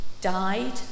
died